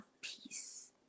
peace